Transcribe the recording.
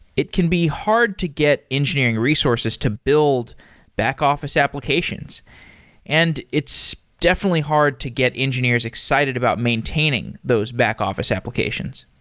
it can be hard to get engineering resources to build back-office applications and it's definitely hard to get engineers excited about maintaining those back-office applications.